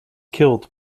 killed